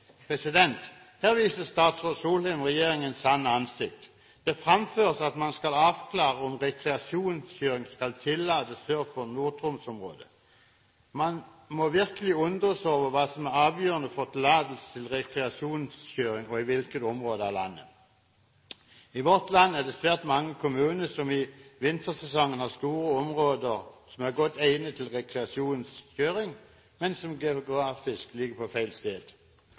Her viser statsråd Solheim regjeringens sanne ansikt. Det fremføres at man skal avklare om rekreasjonskjøring skal tillates sør for Nord-Troms-området. Man må virkelig undres over hva som er avgjørende for tillatelse til rekreasjonskjøring, og i hvilke områder av landet. I vårt land er det svært mange kommuner som i vintersesongen har store områder som er godt egnet til rekreasjonskjøring, men som geografisk ligger på feil sted.